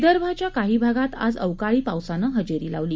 विदर्भाच्या काही भागात आज अवकाळी पावसानं हजेरी लावली